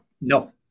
No